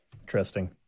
Interesting